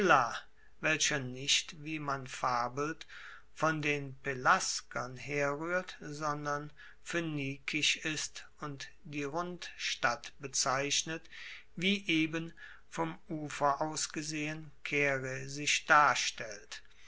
welcher nicht wie man fabelt von den pelasgern herruehrt sondern phoenikisch ist und die rundstadt bezeichnet wie eben vom ufer aus gesehen caere sich darstellt